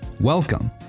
Welcome